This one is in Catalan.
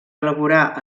elaborar